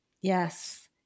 Yes